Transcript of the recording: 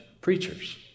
preachers